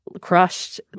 crushed